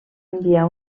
enviar